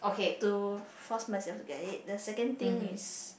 to force myself to get it the second thing is